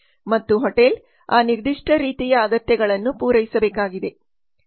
ಮತ್ತು ಹೋಟೆಲ್ ಆ ನಿರ್ದಿಷ್ಟ ರೀತಿಯ ಅಗತ್ಯಗಳನ್ನು ಪೂರೈಸಬೇಕಾಗಿದೆ